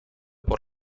por